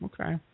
Okay